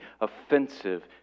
offensive